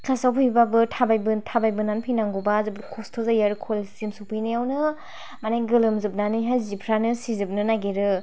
क्लासाव फैबाबो थाबायबो थाबायबोनानै फैनांगौबा जोबोर खस्थ' जायो आरो कलेजसिम सौफैनायावनो माने गोलोम जोबनायजोंहाय जिफ्रानो सिजोबनो नागिरो